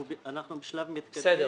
אנחנו בשלב מתקדם,